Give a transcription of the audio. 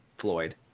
Floyd